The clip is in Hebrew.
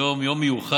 היום הוא יום מיוחד,